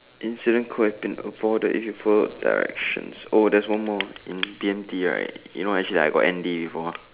incident could have be avoided if you had followed directions oh there's one more in B_M_T right you know actually I got M_D before